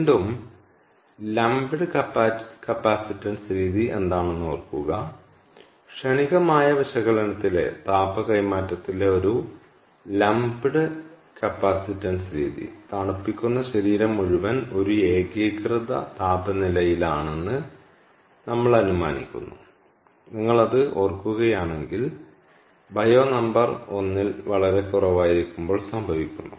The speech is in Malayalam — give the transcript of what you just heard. വീണ്ടും ലംപ്ഡ് കപ്പാസിറ്റൻസ് രീതി എന്താണെന്ന് ഓർക്കുക ക്ഷണികമായ വിശകലനത്തിലെ താപ കൈമാറ്റത്തിലെ ഒരു ലംപ്ഡ് കപ്പാസിറ്റൻസ് രീതി തണുപ്പിക്കുന്ന ശരീരം മുഴുവൻ ഒരു ഏകീകൃത താപനിലയിലാണെന്ന് നമ്മൾ അനുമാനിക്കുന്നു നിങ്ങൾ അത് ഓർക്കുകയാണെങ്കിൽ ബയോ നമ്പർ 1 ൽ വളരെ കുറവായിരിക്കുമ്പോൾ സംഭവിക്കുന്നു